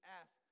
ask